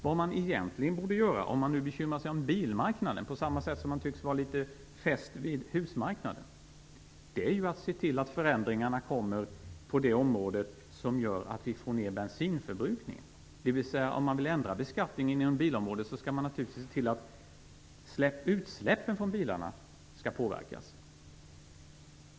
Vad man borde göra, om man nu bekymrar sig om bilmarknaden, är ju att se till att förändringarna blir sådana att vi får ned bensinförbrukningen. Om man vill ändra beskattningen på bilområdet skall man naturligtvis se till att utsläppen från bilarna påverkas.